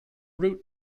root